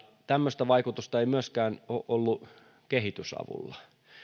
tämmöistä vaikutusta ei myöskään ole ollut kehitysavulla